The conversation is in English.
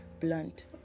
blunt